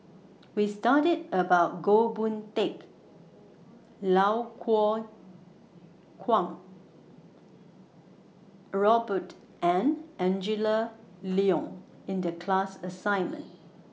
We studied about Goh Boon Teck Iau Kuo Kwong Robert and Angela Liong in The class assignment